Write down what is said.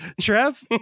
trev